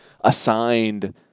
assigned